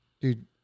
dude